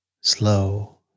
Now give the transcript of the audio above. slow